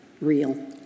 real